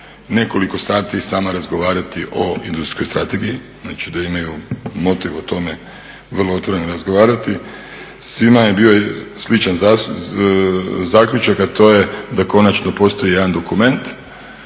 nekoliko sati s nama razgovarati o industrijskoj strategiji, znači da imaju motiv o tome vrlo otvoreno razgovarati. Svima je bio sličan zaključak, a to je da konačno postoji jedan dokument